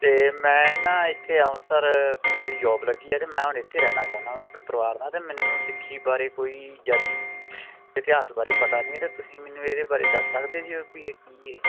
ਤੇ ਮੈਂ ਨਾ ਇੱਥੇ ਅੰਮ੍ਰਿਤਸਰ ਪੇ ਮੇਰੀ ਜੋਬ ਲੱਗੀ ਹੈ ਅਤੇ ਮੈਂ ਹੁਣ ਇੱਥੇ ਰਹਿਣਾ ਚਾਹੁੰਦਾ ਵਾ ਆਪਣੇ ਪਰਿਵਾਰ ਨਾਲ ਅਤੇ ਮੈਨੂੰ ਸਿੱਖੀ ਬਾਰੇ ਕੋਈ ਜ਼ਿਆਦਾ ਇਤਿਹਾਸ ਬਾਰੇ ਪਤਾ ਨਹੀਂ ਹੈਗਾ ਤੁਸੀਂ ਮੈਨੂੰ ਇਹਦੇ ਬਾਰੇ ਦੱਸ ਸਕਦੇ ਜੇ ਹੋ ਵੀ ਇਹ ਕੀ ਹੈ